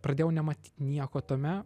pradėjau nematyt nieko tame